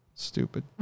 stupid